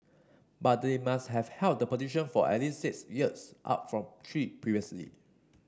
but they must have held the position for at least six years up from three previously